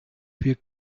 wir